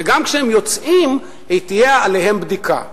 וגם כשהם יוצאים, תהיה עליהם בדיקה.